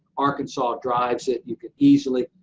arkansas drives it, you can easily,